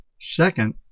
Second